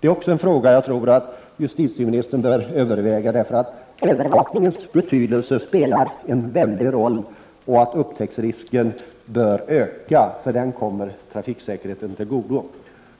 Det är också en fråga som jag tycker justitieministern bör överväga därför att övervakningen spelar en väldigt stor roll. Upptäcksrisken bör öka, för det kommer trafiksäkerheten till godo.